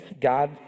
God